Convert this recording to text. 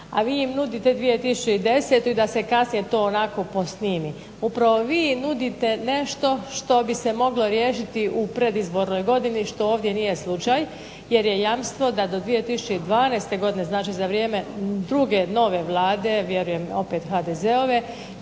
A vi im nudite 2010. i da se kasnije to onako posnimi. Upravo vi nudite nešto što bi se moglo riješiti u predizbornoj godini što ovdje nije slučaj jer je jamstvo da do 2012. godine, znači za vrijeme druge nove Vlade, a vjerujem opet HDZ-ove